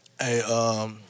Hey